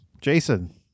Jason